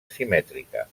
simètrica